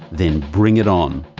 then bring it on.